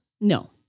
No